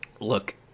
look